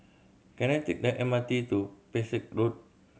can I take the M R T to Pesek Road